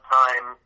time